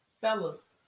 Fellas